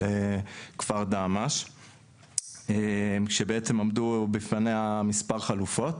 כפר דהמש כשבעצם עמדו בפניה מספר חלופות.